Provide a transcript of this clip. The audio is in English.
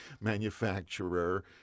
manufacturer